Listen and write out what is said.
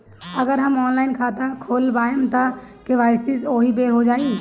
अगर हम ऑनलाइन खाता खोलबायेम त के.वाइ.सी ओहि बेर हो जाई